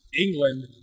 England